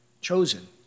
chosen